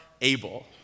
able